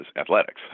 athletics